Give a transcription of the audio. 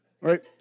right